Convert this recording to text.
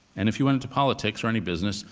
and if you went into politics or any business,